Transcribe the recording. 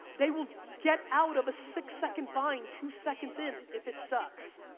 they will get out of a six second vine two seconds in, if it sucks.